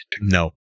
No